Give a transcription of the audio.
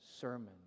sermon